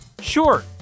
Sure